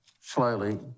slowly